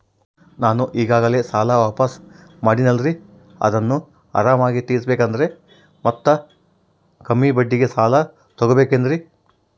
ನಾನು ಈಗಾಗಲೇ ಸಾಲ ವಾಪಾಸ್ಸು ಮಾಡಿನಲ್ರಿ ಅದನ್ನು ಆರಾಮಾಗಿ ತೇರಿಸಬೇಕಂದರೆ ಮತ್ತ ಕಮ್ಮಿ ಬಡ್ಡಿಗೆ ಸಾಲ ತಗೋಬಹುದೇನ್ರಿ?